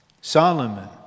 Solomon